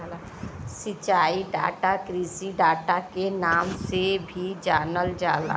सिंचाई डाटा कृषि डाटा के नाम से भी जानल जाला